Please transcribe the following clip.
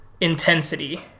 intensity